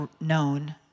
known